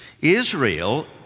Israel